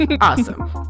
Awesome